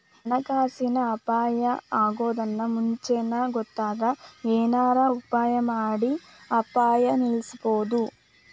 ಹಣಕಾಸಿನ್ ಅಪಾಯಾ ಅಗೊದನ್ನ ಮುಂಚೇನ ಗೊತ್ತಾದ್ರ ಏನರ ಉಪಾಯಮಾಡಿ ಅಪಾಯ ನಿಲ್ಲಸ್ಬೊದು